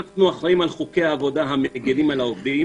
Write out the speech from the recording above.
אנחנו אחראים על חוקי העבודה המגינים על העבודה.